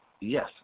yes